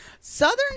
Southern